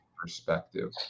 perspective